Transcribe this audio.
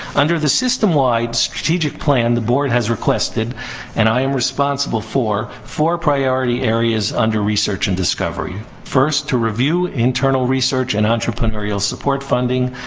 under the system-wide strategic plan the board has requested and i am responsible for four priority areas under research and discovery. first, to review internal research and entrepreneurial support funding.